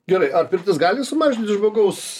gerai ar pirtis gali sumažinti žmogaus